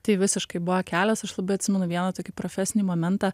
tai visiškai buvo kelias aš labai atsimenu vieną tokį profesinį momentą